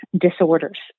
disorders